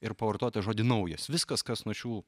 ir pavartojo tą žodį naujas viskas kas nuo šių